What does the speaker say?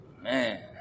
Man